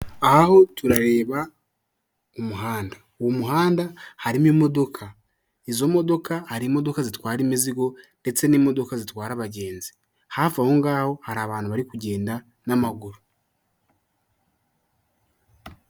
Aha turareba umuhanda uwo muhanda harimo imodoka, izo modoka hari imodoka zitwara imizigo ndetse n'imodoka zitwara abagenzi hafi aho ngaho hari abantu bari kugenda n'amaguru .